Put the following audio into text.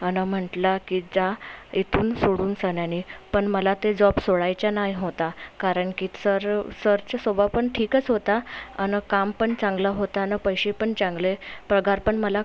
अन म्हटलं की जा इथून सोडून सन्यानी पण मला ते जॉब सोडायचा नाय होता कारण की सर सरचा स्वभाव पण ठीकच होता अन् काम पण चांगला होता न पैसे पण चांगले पगार पण मला